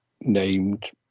named